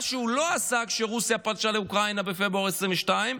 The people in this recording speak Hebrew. מה שהוא לא עשה כשרוסיה פלשה לאוקראינה בפברואר 2022,